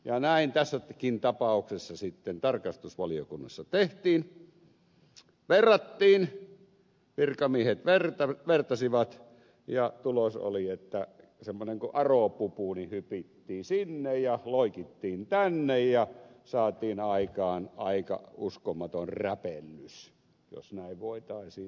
ja näin tässäkin tapauksessa sitten tarkastusvaliokunnassa tehtiin verrattiin virkamiehet vertasivat ja tulos oli semmoinen kuin aropupu hypittiin sinne ja loikittiin tänne ja saatiin aikaan aika uskomaton räpellys jos näin voitaisiin sanoa